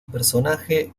personaje